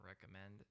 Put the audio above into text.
Recommend